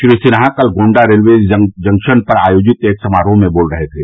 श्री सिन्हा कल Gonda railway junction पर आयोजित एक समारोह में बोल रहे थे